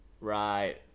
right